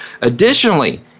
Additionally